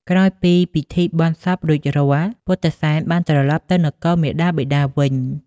ក្រោយពីពិធីបុណ្យសពរួចរាល់ ពុទ្ធិសែនបានត្រឡប់ទៅនគរមាតាបិតាវិញ។